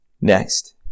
Next